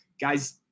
guys